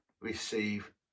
Receive